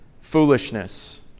foolishness